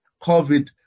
COVID